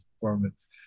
performance